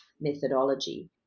methodology